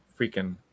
freaking